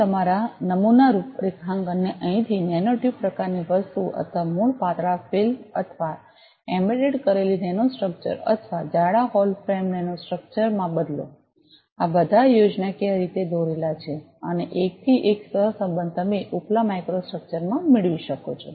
અને તમારા નમૂના રૂપરેખાંકનને અહીંથી નેનોટ્યૂબ પ્રકારની વસ્તુ અથવા મૂળ પાતળા ફિલ્મ અથવા એમ્બેડ કરેલી નેનોસ્ટ્રક્ચર અથવા જાડા હોલો ફ્રેમ નેનોસ્ટ્રક્ચરમાં બદલો આ બધા યોજનાકીય રીતે દોરેલા છે અને એકથી એક સહસંબંધ તમે ઉપલા માઇક્રો સ્ટ્રક્ચરમાં મેળવી શકો છો